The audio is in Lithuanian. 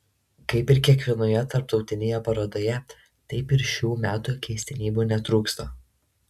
kaip ir kiekvienoje tarptautinėje parodoje taip ir šių metų keistenybių netrūksta